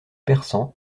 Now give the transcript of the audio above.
persan